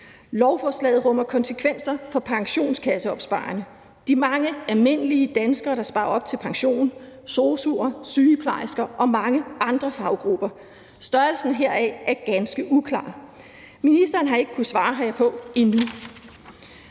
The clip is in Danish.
Lovforslaget rummer konsekvenser for pensionskasseopsparerne, altså de mange almindelige danskere, der sparer op til pension, som sosu'er, sygeplejersker og mange andre faggrupper. Størrelsen heraf er ganske uklar, og ministeren har ikke kunnet svare herpå endnu.